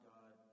God